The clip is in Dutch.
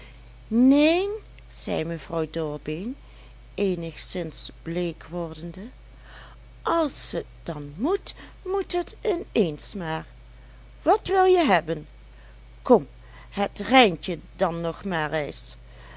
neen zei mevrouw dorbeen eenigszins bleek wordende als het dan moet moet het ineens maar wat wil je hebben kom het rijntje dan nog maar reis